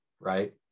right